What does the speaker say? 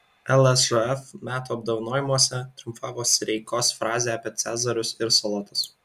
lsžf metų apdovanojimuose triumfavo sireikos frazė apie cezarius ir salotas